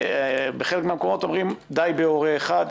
בחלק אחר אומרים מספיק שהורה אחד יהיה.